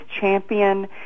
champion